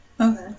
Okay